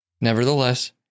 Nevertheless